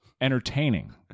entertaining